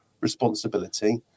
responsibility